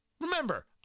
Remember